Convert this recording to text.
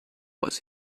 was